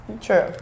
True